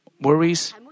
worries